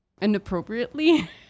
inappropriately